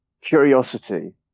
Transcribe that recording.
curiosity